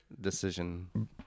decision